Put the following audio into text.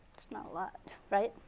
not a lot, right?